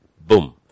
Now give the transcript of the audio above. Boom